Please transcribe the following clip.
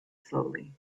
slowly